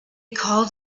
called